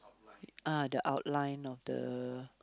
ah the outline of the